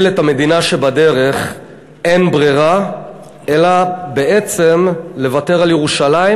את המדינה שבדרך אין ברירה אלא בעצם לוותר על ירושלים,